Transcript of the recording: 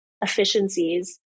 efficiencies